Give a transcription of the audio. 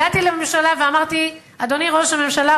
הגעתי לממשלה ואמרתי: אדוני ראש הממשלה,